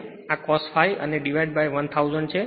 અને આ cos phi અને divided1000 છે